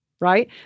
right